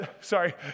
sorry